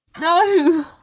No